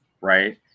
right